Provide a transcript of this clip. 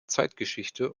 zeitgeschichte